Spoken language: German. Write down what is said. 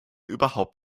überhaupt